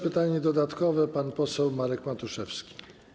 Pytanie dodatkowe - pan poseł Marek Matuszewski.